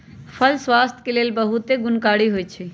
फल स्वास्थ्य के लेल बहुते गुणकारी होइ छइ